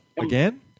Again